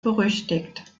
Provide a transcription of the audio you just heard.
berüchtigt